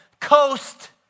Coast